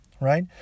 right